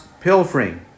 pilfering